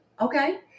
okay